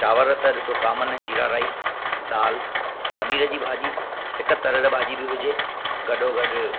चांवर त ॾिसो कॉमन आहिनि जीरा राइस दाल पनीर जी भाॼी हिकु तरियलु भाॼी बि हुजे गॾो गॾु